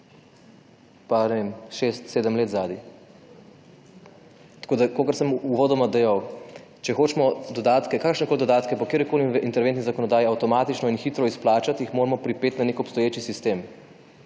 ne vem, šest, sedem let zadaj. Tako da kot sem uvodoma dejal, če hočemo kakršnekoli dodatke po katerikoli interventni zakonodaji avtomatično in hitro izplačati jih moramo pripeti na nek obstoječ sistem.